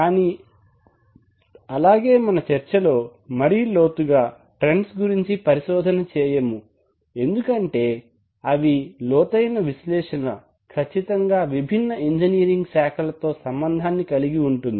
కానీ అలాగే మన చర్చ లో మరీ లోతుగా ట్రెండ్స్ గురించి పరిశోధన చేయము ఎందుకంటే అటువంటి లోతైన విశ్లేషణ ఖచ్చితంగా విభిన్న ఇంజనీరింగ్ శాఖలతో సంబంధాన్ని కలిగి ఉంటుంది